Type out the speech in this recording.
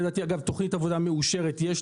יש לנו תוכנית עבודה מאושרת.